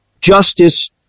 Justice